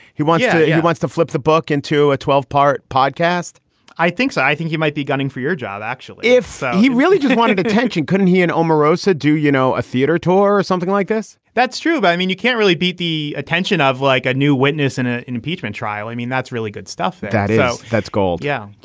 he wants to he wants to flip the book into a twelve part podcast i think so. i think he might be gunning for your job, actually, if he really just wanted attention, couldn't he? and omarosa, do you know, a theater tour or something like this? that's true. but i mean, you can't really beat the attention of like a new witness in ah an impeachment impeachment trial. i mean, that's really good stuff that, you know, that's gold. yeah.